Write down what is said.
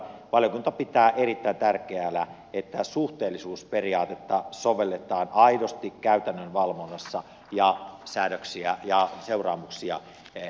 valiokunta pitää erittäin tärkeänä että suhteellisuusperiaatetta sovelletaan aidosti käytännön valvonnassa ja säädöksiä ja seuraamuksia määriteltäessä